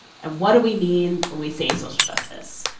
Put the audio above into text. and what do we mean when we say social justice?